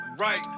right